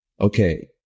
Okay